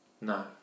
no